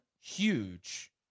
huge